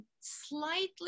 slightly